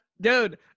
dude